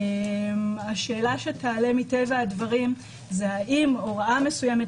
השאלה שתעלה מטבע הדברים היא האם הוראה מסוימת,